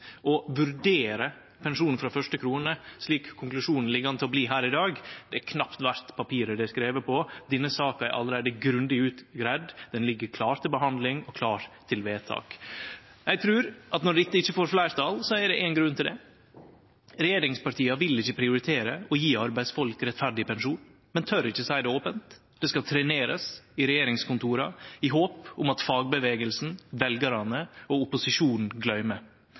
Å vurdere pensjon frå første krone, slik konklusjonen ligg an til å bli her i dag, er knapt verdt papiret det er skrive på. Denne saka er allereie grundig greidd ut, ho ligg klar til behandling og klar til vedtak. Eg trur at når dette ikkje får fleirtal, er det éin grunn til det. Regjeringspartia vil ikkje prioritere å gje arbeidsfolk rettferdig pensjon, men tør ikkje seie det opent. Saka skal trenerast i regjeringskontora, i von om at fagbevegelsen, veljarane og opposisjonen gløymer.